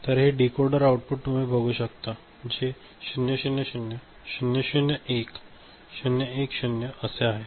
तर हे decoder output बघू शकता जे 0 0 0 0 0 1 0 1 0 असे आहे